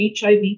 HIV